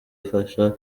ifasha